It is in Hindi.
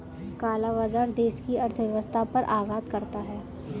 काला बाजार देश की अर्थव्यवस्था पर आघात करता है